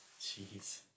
Jeez